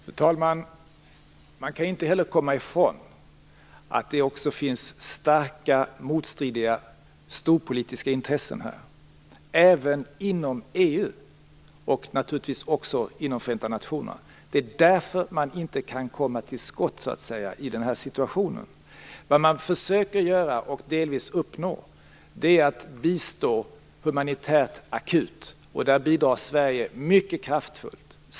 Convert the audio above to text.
Fru talman! Vi kan inte komma ifrån att det också finns starka motstridiga storpolitiska intressen här, även inom EU och naturligtvis inom Förenta nationerna. Det är därför man inte kan komma till skott i den här situationen. Vad man försöker göra och delvis uppnår är att bistå humanitärt akut, och där bidrar Sverige mycket kraftfullt.